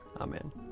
Amen